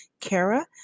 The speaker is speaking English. kara